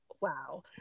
wow